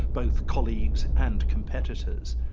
both colleagues and competitors.